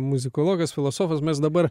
muzikologas filosofas mes dabar